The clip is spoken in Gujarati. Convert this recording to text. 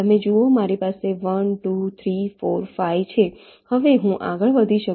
તમે જુઓ મારી પાસે 1 2 3 4 5 છે હવે હું આગળ વધી શકતો નથી